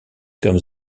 comme